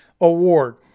award